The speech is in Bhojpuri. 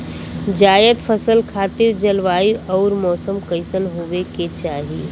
जायद फसल खातिर जलवायु अउर मौसम कइसन होवे के चाही?